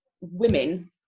women